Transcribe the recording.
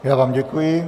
Já vám děkuji.